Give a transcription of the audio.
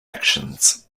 actions